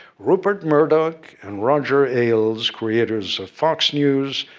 rupert murdoch and roger ailes, creators of fox news,